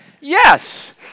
Yes